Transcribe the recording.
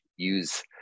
use